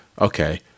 okay